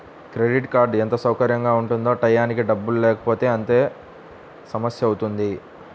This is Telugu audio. క్రెడిట్ కార్డ్ ఎంత సౌకర్యంగా ఉంటుందో టైయ్యానికి డబ్బుల్లేకపోతే అంతే సమస్యవుతుంది